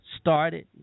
started